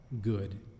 good